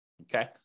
Okay